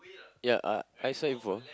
ya uh I saw before